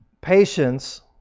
Patience